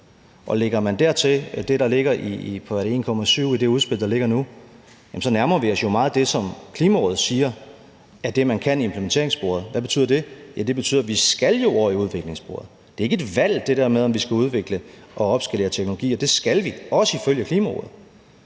der er i det udspil, der ligger nu, på 1,7 mio. t, tror jeg det er, så nærmer vi os jo meget det, som Klimarådet siger er det, man kan i forhold til implementeringssporet. Hvad betyder det? Ja, det betyder, at vi jo skal over i udviklingssporet. Det er ikke et valg det der med, om vi skal udvikle og opskalere teknologier. Det skal vi, også ifølge Klimarådet,